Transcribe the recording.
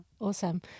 awesome